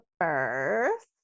first